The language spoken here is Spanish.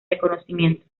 reconocimiento